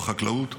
בחקלאות,